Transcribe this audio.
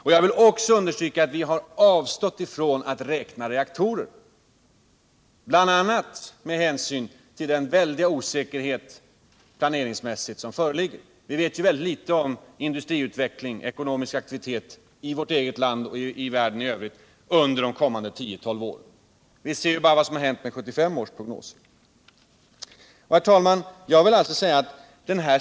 Jag vill också understryka att vi har avstått från att räkna reaktorer, bl.a. med hänsyn till den stora planeringsmässiga osäkerhet som föreligger. Vi vet ytterst litet om t.ex. industriutveckling och ekonomisk aktivitet i vårt eget land och i världen i övrigt under de kommande tio till tolv åren. Vi kan ju se vad som har hänt med 1975 års prognos.